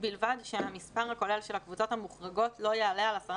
ובלבד שהמספר הכולל של הקבוצות המוחרגות לא יעלה על 10